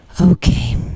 Okay